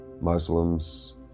Muslims